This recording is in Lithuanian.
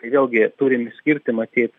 tai vėlgi turim išskirti matyt